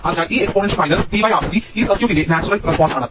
അതിനാൽ ഈ exponential minus t R c ഈ സർക്യൂട്ടിന്റെ നാച്ചുറൽ റെസ്പോൺസാണ്